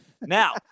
Now